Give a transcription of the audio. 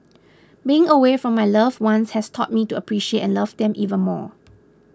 being away from my loved ones has taught me to appreciate and love them even more